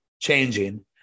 changing